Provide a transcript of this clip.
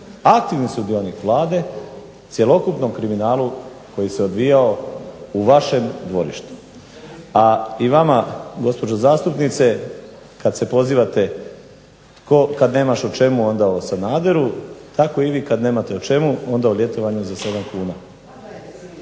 aktivni sudionik Vlade cjelokupnom kriminalu koji se odvijao u vašem dvorištu. A i vama gospođo zastupnice kad se pozivate tko, kad nemaš o čemu onda o Sanaderu. Tako i vi, kad nemate o čemu onda o ljetovanju za 7 kuna.